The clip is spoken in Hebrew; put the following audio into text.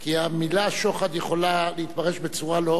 כי המלה "שוחד" יכולה להתפרש בצורה לא